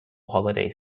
holiday